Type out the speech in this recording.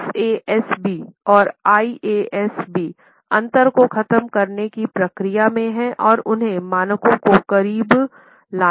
FASB और IASB अंतर को खत्म करने की प्रक्रिया में है और उन मानकों को करीब लाते हैं